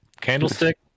Candlestick